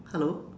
hello